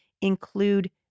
include